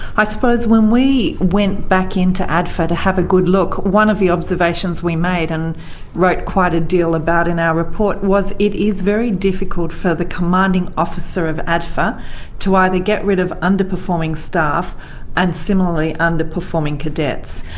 i suppose when we went back into adfa to have a good look, one of the observations we made and wrote quite a deal about in our report was it is very difficult for the commanding officer of adfa to either get rid of underperforming staff and similarly underperforming cadets.